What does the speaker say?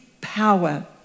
power